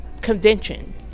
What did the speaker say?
convention